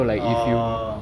oh